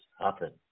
happen